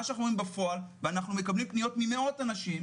מה שאנחנו רואים בפועל ואנחנו מקבלים פניות ממאות אנשים